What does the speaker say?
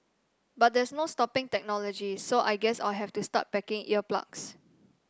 but there's no stopping technology so I guess I'll have to start packing ear plugs